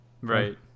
right